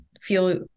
feel